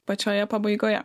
pačioje pabaigoje